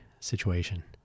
situation